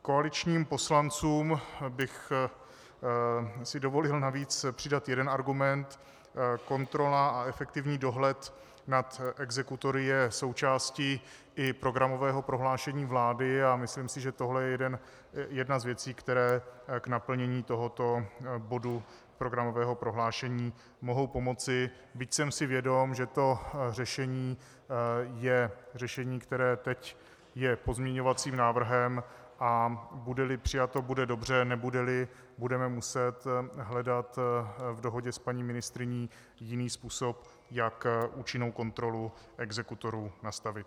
Koaličním poslancům bych si dovolil navíc přidat jeden argument kontrola a efektivní dohled nad exekutory je součástí i programového prohlášení vlády a myslím si, že tohle je jedna z věcí, které k naplnění tohoto bodu programového prohlášení mohou pomoci, byť jsem si vědom, že to řešení je řešení, které teď je pozměňovacím návrhem, a budeli přijato, bude dobře, nebudeli, budeme muset hledat v dohodě s paní ministryní jiný způsob, jak účinnou kontrolu exekutorů nastavit.